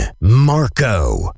Marco